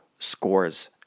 scores